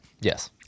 Yes